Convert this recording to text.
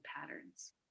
patterns